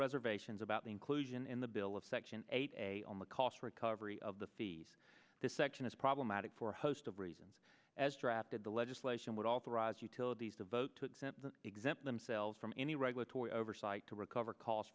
reservations about the inclusion in the bill of section eight a on the cost recovery of the fees this section is problematic for a host of reasons as drafted the legislation would authorize utilities to vote to exempt exempt themselves from any regulatory oversight to recover calls